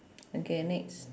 okay next